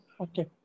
Okay